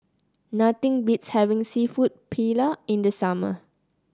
nothing beats having seafood Paella in the summer